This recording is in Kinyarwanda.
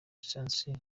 swansea